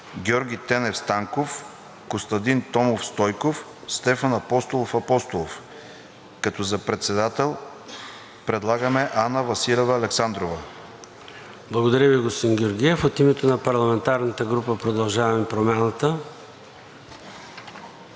Георги Тенев Станков, Костадин Томов Стойков, Стефан Апостолов Апостолов, като за председател предлагаме Анна Василева Александрова. ПРЕДСЕДАТЕЛ ЙОРДАН ЦОНЕВ: Благодаря Ви, господин Георгиев. От името на парламентарната група „Продължаваме Промяната“?